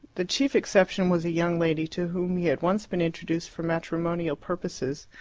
the chief exception was a young lady, to whom he had once been introduced for matrimonial purposes.